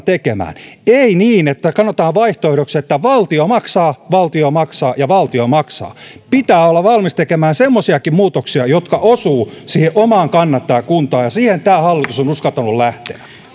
tekemään ei niin että annetaan vaihtoehdoksi että valtio maksaa valtio maksaa ja valtio maksaa pitää olla valmis tekemään semmoisiakin muutoksia jotka osuvat omaan kannattajakuntaan ja siihen tämä hallitus on uskaltanut lähteä